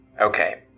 okay